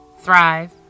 Thrive